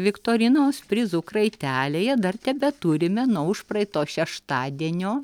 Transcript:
viktorinos prizų kraitelėje dar tebeturime nuo užpraeito šeštadienio